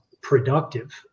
productive